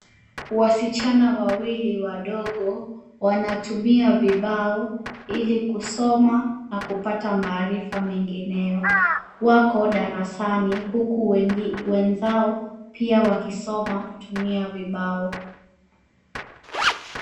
Wasichana wawili wadogo wanatumia vibao ili kusoma na kupata maarifa mengineo. Wako darasani huku wenzao pia wakisoma kutumia vibao.